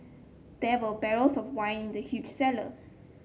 there were barrels of wine in the huge cellar